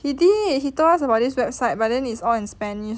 he did he told us about this website but then it's all in spanish